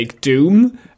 Doom